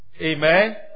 Amen